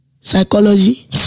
psychology